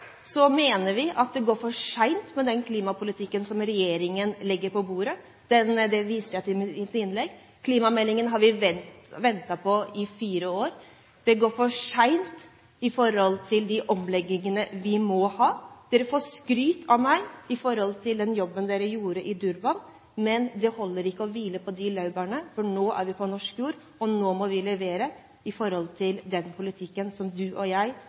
mener vi at det går for sent med den klimapolitikken som regjeringen legger på bordet, det viste jeg til i mitt innlegg. Klimameldingen har vi ventet på i fire år. Det går for sent i forhold til de omleggingene vi må ha. Dere får skryt av meg for den jobben dere gjorde i Durban, men det holder ikke å hvile på de laurbærene, for nå er vi på norsk jord, og nå må vi levere i forhold til den politikken som du og jeg